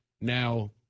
Now